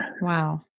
Wow